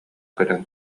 көтөн